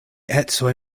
ecoj